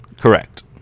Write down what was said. Correct